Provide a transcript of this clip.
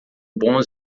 bons